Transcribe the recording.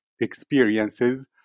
experiences